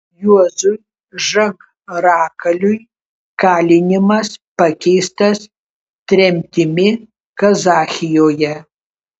juozui žagrakaliui kalinimas pakeistas tremtimi kazachijoje